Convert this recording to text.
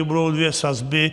Budou dvě sazby.